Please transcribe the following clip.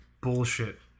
bullshit